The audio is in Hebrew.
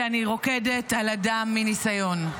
שאני רוקדת על הדם מניסיון.